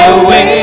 away